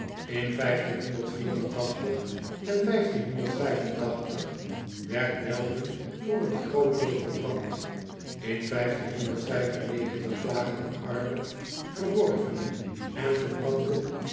n en werd elden voor een groot deel verband n klagen de arme verdorvene en verbrande